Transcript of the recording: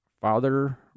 Father